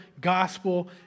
gospel